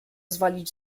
zwalić